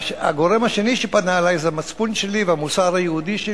והגורם השני שפנה אלי זה המצפון שלי והמוסר היהודי שלי,